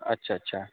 अच्छा अच्छा